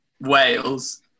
Wales